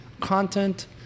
content